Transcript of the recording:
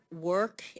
work